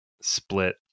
split